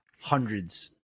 hundreds